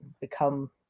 become